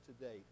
today